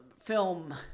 film